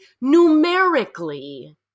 numerically